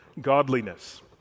godliness